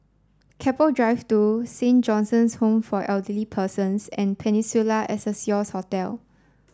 Keppel drive two Saint John's Home for Elderly Persons and Peninsula Excelsior Hotel